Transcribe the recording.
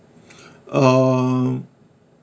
um